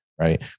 right